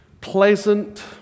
pleasant